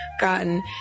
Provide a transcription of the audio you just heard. gotten